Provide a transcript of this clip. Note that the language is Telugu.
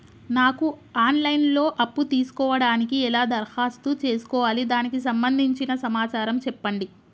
నాకు ఆన్ లైన్ లో అప్పు తీసుకోవడానికి ఎలా దరఖాస్తు చేసుకోవాలి దానికి సంబంధించిన సమాచారం చెప్పండి?